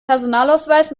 personalausweis